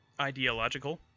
Ideological